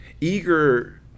Eager